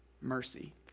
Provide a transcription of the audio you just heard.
Mercy